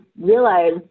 realize